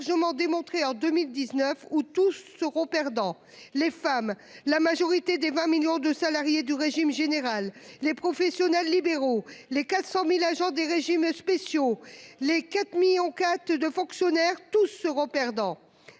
démontré en 2019, où tous seront perdants, les femmes, la majorité des 20 millions de salariés du régime général, les professionnels libéraux. Les 400.000 agents des régimes spéciaux. Les quatre millions quatre de fonctionnaires, tous seront perdants.